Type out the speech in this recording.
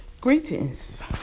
Greetings